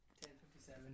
10:57